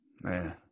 Man